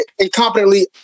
incompetently